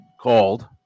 called